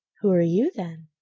who are you, then?